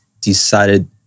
decided